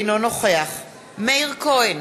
אינו נוכח מאיר כהן,